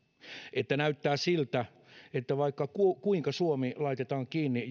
että näyttää siltä että vaikka kuinka suomi laitetaan kiinni